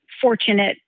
fortunate